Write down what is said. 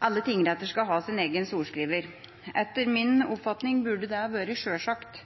alle tingretter skal ha sin egen sorenskriver. Etter min oppfatning burde det vært sjølsagt.